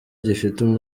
gifite